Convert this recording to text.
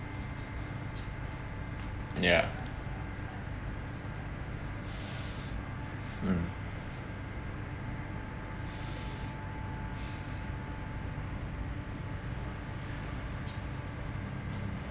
ya mm